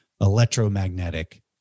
electromagnetic